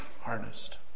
harnessed